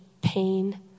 pain